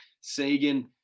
Sagan